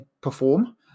perform